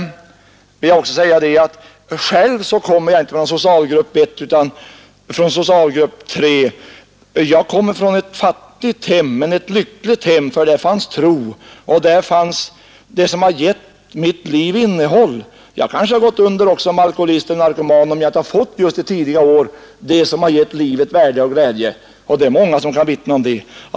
Själv kommer jag inte från socialgrupp 1 utan från socialgrupp 3. Jag kommer från ett fattigt hem, men det var ett lyckligt hem, för där fanns tro, och där fanns det som har givit mitt liv innehåll. Jag kanske också skulle ha gått under som alkoholist eller narkoman om jag inte i tidiga år hade fått det som har givit livet värde och glädje, och det är många som kan vittna om detsamma.